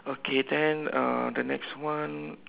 okay then uh the next one